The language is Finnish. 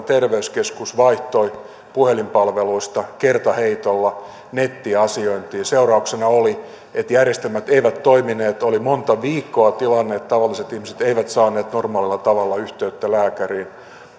terveyskeskus vaihtoi puhelinpalveluista kertaheitolla nettiasiointiin seurauksena oli että järjestelmät eivät toimineet oli monta viikkoa tilanne että tavalliset ihmiset eivät saaneet normaalilla tavalla yhteyttä lääkäriin